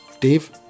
Dave